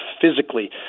physically